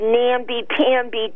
namby-pamby